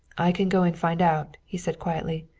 i can go and find out, he said quietly.